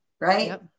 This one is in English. right